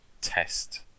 test